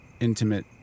intimate